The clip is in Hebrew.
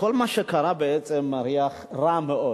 כל מה שקרה בעצם מריח רע מאוד.